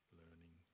learning